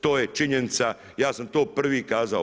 To je činjenica, ja sam to prvi kazao.